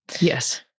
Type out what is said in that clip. Yes